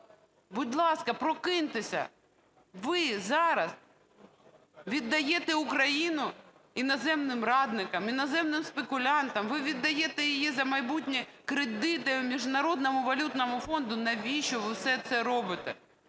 Будь ласка, прокиньтеся! Ви зараз віддаєте Україну іноземним радникам, іноземним спекулянтам. Ви віддаєте її за майбутні кредити Міжнародному валютному фонду. Навіщо ви все це робите?